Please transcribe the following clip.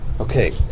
Okay